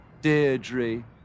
Deirdre